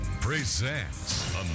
presents